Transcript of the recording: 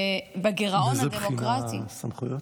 ובגירעון הדמוקרטי, מאיזה בחינה "סמכויות"?